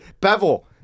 Bevel